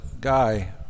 guy